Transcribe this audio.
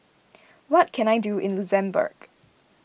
what can I do in Luxembourg